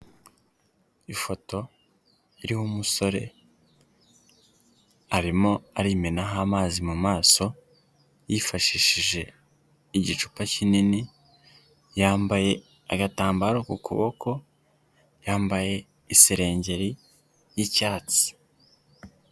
Ifoto iriho umusore arimo arimo arimenaho amazi mu maso yifashishije igicupa kinini, yambaye agatambaro ku kuboko yambaye iserengeri y'icyatsi.